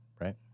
right